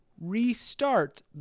restart